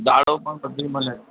દાળો પણ બધી મળે છે